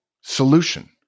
solution